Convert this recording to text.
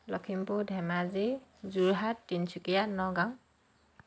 Lakhimpur Dhemaji Jorhat Tinsukia Nagaon